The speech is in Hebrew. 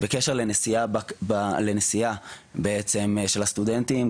בקשר לנסיעה בעצם של הסטודנטים,